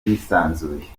yisanzuye